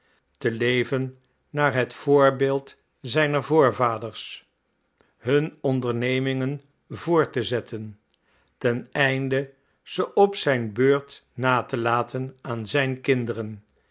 te leven naar het voorbeeld zijner voorvaders hun ondernemingen voort te zetten ten einde ze op zijn beurt na te laten aan zijn kinderen